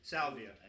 Salvia